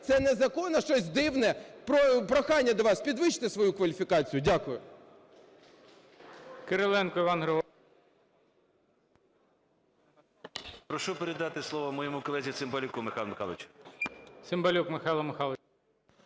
це не закон, а щось дивне. Прохання до вас: підвищіть свою кваліфікацію. Дякую.